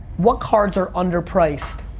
what cards are under-priced,